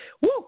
Woo